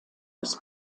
des